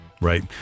Right